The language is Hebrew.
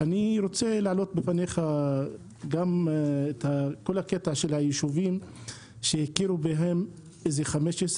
אני רוצה להעלות בפניך את כל הקטע של היישובים שהכירו בהם לפני